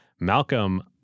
Malcolm